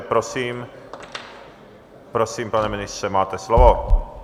Prosím, prosím pane ministře, máte slovo.